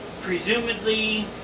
presumably